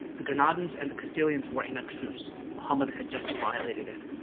the granadans and the castilians were in a truce. muhammad had just violated it.